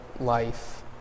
life